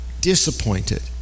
disappointed